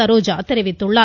சரோஜா தெரிவித்துள்ளார்